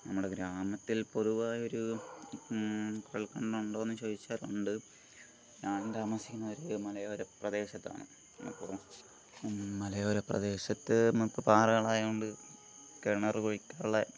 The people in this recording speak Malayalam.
നമ്മുടെ ഗ്രാമത്തിൽ പൊതുവായൊരു കുഴൽ കിണർ ഉണ്ട് എന്ന് ചോദിച്ചാൽ ഉണ്ട് ഞാൻ താമസിക്കുന്നത് ഒരു മലയോര പ്രദേശത്താണ് അപ്പോൾ മലയോര പ്രദേശത്ത് പാറകളായത് കൊണ്ട് കിണർ കുഴിക്കാനുള്ള